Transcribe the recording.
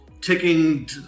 ticking